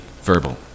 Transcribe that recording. verbal